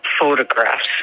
photographs